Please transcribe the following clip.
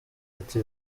ati